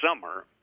summer